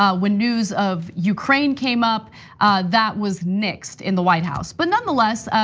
ah when news of ukraine came up that was nixed in the white house. but nonetheless,